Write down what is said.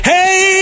Hey